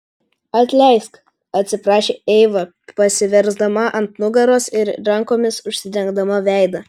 atleisk atsiprašė eiva pasiversdama ant nugaros ir rankomis užsidengdama veidą